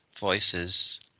voices